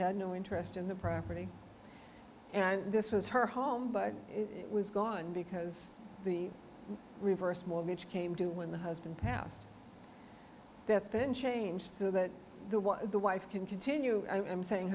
had no interest in the property and this was her home but it was gone because the reverse mortgage came to when the husband passed that's been changed so that the wife can continue i'm saying